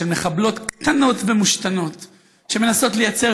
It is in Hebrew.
של מחבלות קטנות ומושתנות שמנסות לייצר